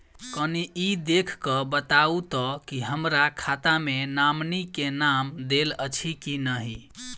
कनि ई देख कऽ बताऊ तऽ की हमरा खाता मे नॉमनी केँ नाम देल अछि की नहि?